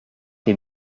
tes